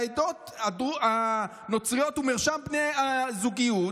העדות הנוצריות ומרשם ברית הזוגיות,